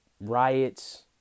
riots